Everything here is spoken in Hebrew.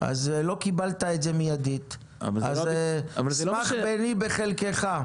אז לא קיבלת את זה מיידית, אז שמח, בני, בחלקך.